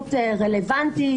בשונות רלוונטית,